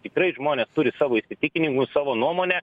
tikrai žmonės turi savo įsitikinimus savo nuomonę